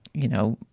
you know,